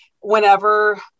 Whenever